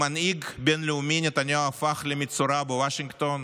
ממנהיג בין-לאומי נתניהו הפך למצורע בוושינגטון,